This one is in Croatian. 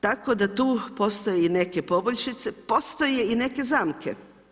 Tako da tu postoje neke poboljšice, postoje i neke zamke.